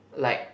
like